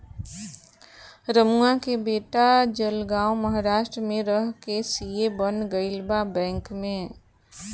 रमुआ के बेटा जलगांव महाराष्ट्र में रह के सी.ए बन गईल बा बैंक में